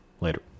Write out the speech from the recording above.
Later